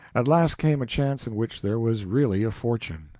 at last came a chance in which there was really a fortune.